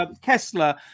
Kessler